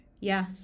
Yes